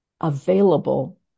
available